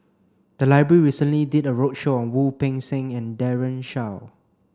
the library recently did a roadshow on Wu Peng Seng and Daren Shiau